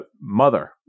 Mother